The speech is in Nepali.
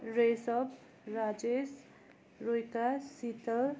रिषभ राजेश रोहिता शीतल